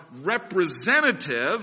representative